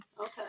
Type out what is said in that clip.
okay